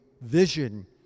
vision